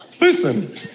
Listen